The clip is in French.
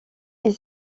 est